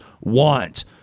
want